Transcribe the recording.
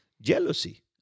jealousy